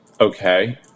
okay